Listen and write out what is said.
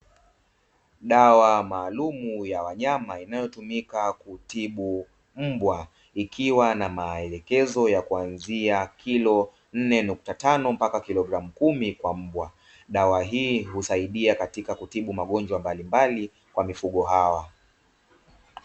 Dawa maalumu ya wanyama inayotumika kutibu mbwa, ikiwa na maelekezo ya kuanzia kilo nne nukta tano mpaka kilogramu kumi kwa mbwa. Dawa hii husaidia katika kutibu magonjwa mbalimbali kwa mifugo hawa.